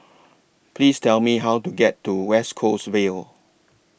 Please Tell Me How to get to West Coast Vale